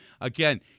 Again